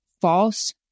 false